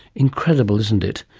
incredible, isn't it.